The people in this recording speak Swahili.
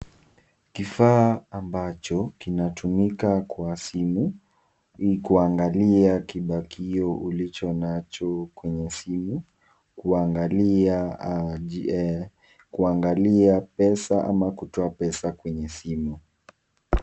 Kifaa ambacho kinatumika kwa simu kuangalia kibakio ulicho nacho kwenye simu kuangalia pesa ama kutoa pesa kwenye simu.